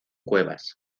cuevas